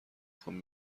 خوام